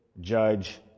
judge